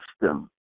system